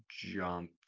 jump